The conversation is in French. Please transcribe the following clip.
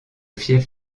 fief